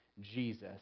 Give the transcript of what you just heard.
Jesus